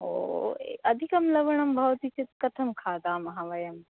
ओ अधिकं लवणं भवति चेत् कथं खादामः वयम्